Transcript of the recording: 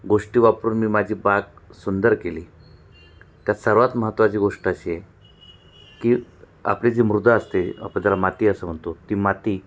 गोष्टी वापरून मी माझी बाग सुंदर केली त्यात सर्वात महत्त्वाची गोष्ट अशी आहे की आपली जी मृदा असते आपण त्याला माती असं म्हणतो ती माती